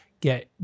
get